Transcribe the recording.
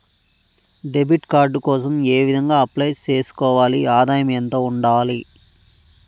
Debit card కోసం ఏ విధంగా అప్లై సేసుకోవాలి? ఆదాయం ఎంత ఉండాలి?